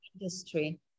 Industry